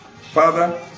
Father